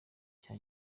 cya